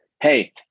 hey